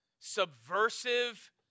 subversive